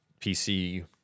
PC